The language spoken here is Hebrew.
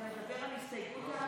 זה לסעיף 1,